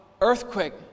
earthquake